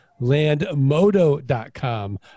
Landmodo.com